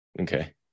Okay